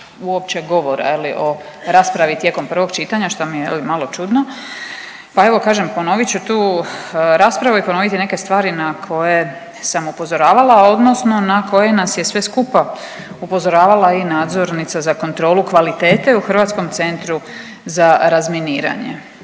uopće govora, je li, o raspravi tijekom prvog čitanja, što mi je, je li, malo čudno pa evo, kažem, ponovit ću tu raspravu i ponoviti neke stvari na koje sam upozoravala odnosno na koje nas je sve skupa upozoravala i nadzornica za kontrolu kvalitete u Hrvatskom centru za razminiranje